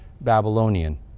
Babylonian